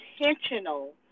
intentional